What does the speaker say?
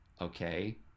okay